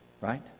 Right